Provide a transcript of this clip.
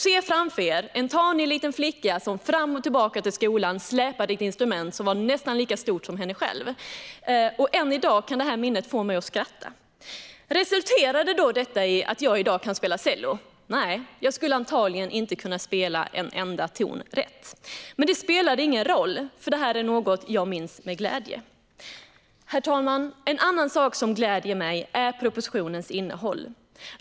Se framför er en tanig liten flicka som fram och tillbaka till skolan släpar ett instrument som är nästan lika stort som hon själv. Än i dag kan det minnet få mig att skratta. Resulterade detta i att jag i dag kan spela cello? Nej. Jag skulle antagligen inte kunna spela en enda ton rätt. Men det spelar ingen roll, för det här är något jag minns med glädje. Herr talman! En annan sak som gläder mig är propositionens innehåll.